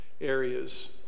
areas